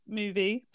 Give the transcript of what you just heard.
movie